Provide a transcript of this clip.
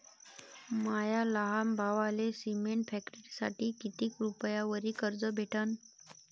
माया लहान भावाले सिमेंट फॅक्टरीसाठी कितीक रुपयावरी कर्ज भेटनं?